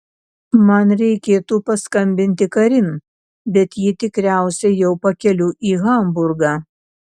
man reikėtų paskambinti karin bet ji tikriausiai jau pakeliui į hamburgą